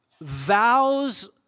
vows